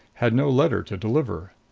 had no letter to deliver.